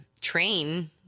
train